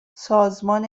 سازمان